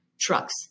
trucks